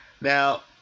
Now